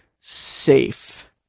safe